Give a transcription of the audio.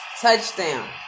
Touchdown